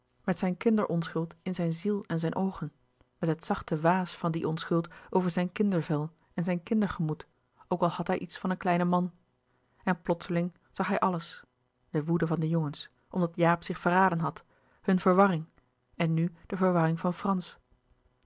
met zijn kinderonschuld in zijn ziel en zijn oogen met het zachte waas louis couperus de boeken der kleine zielen van die onschuld over zijn kindervel en zijn kindergemoed ook al had hij iets van een kleinen man en plotseling zag hij alles de woede van de jongens omdat jaap zich verraden had hunne verwarring en nu de verwarring van frans